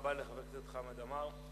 תודה רבה לחבר הכנסת חמד עמאר.